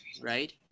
right